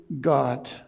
God